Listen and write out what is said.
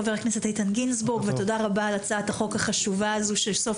חבר הכנסת איתן גינזבורג ותודה רבה על הצעת החוק החשובה הזו שסוף